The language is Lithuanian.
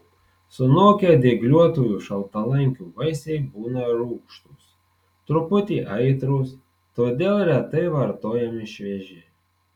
sunokę dygliuotųjų šaltalankių vaisiai būna rūgštūs truputį aitrūs todėl retai vartojami švieži